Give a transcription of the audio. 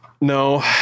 No